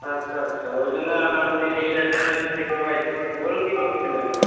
আচ্ছা আচ্ছা ওই জন্য আপনি গেছেন হয়তো দেখতে পাইনি বলুন কী বলছিলেন